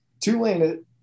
Tulane